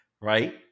Right